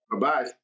Bye-bye